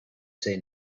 say